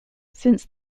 since